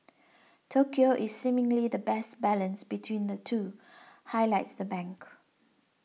Tokyo is seemingly the best balance between the two highlights the bank